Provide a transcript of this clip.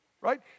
Right